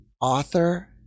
author